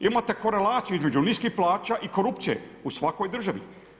Imate korelaciju između niskih plaća i korupcije u svakoj državi.